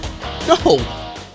No